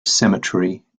cemetery